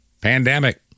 pandemic